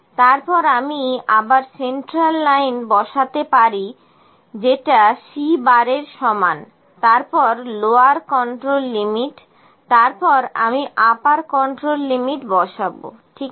তারপর আমি আমার সেন্ট্রাল লাইন বসাতে পারি যেটা C এর সমান তারপর লোয়ার কন্ট্রোল লিমিট তারপর আমি আমার আপার কন্ট্রোল লিমিট বসাবো ঠিক আছে